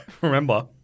remember